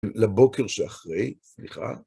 לבוקר שאחרי, סליחה.